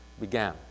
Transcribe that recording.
began